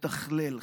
מתכלל,